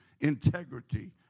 integrity